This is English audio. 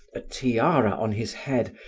a tiara on his head,